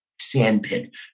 Sandpit